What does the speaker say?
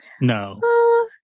No